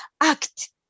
act